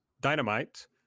dynamite